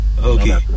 Okay